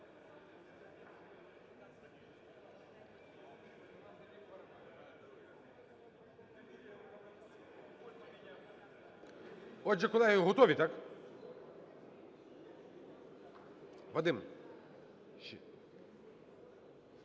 Отже, колеги, готові, так? Вадим…